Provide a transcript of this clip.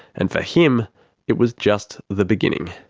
and for him it was just the beginning.